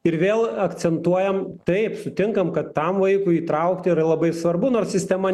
ir vėl akcentuojam taip sutinkam kad tam vaikui įtraukti yra labai svarbu nors sistema